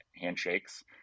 handshakes